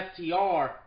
FTR